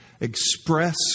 Express